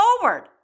forward